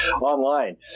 online